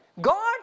God